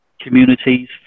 communities